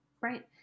Right